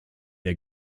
der